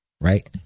right